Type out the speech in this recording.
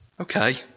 okay